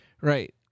Right